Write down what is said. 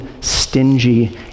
stingy